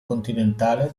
continentale